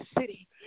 city